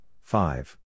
five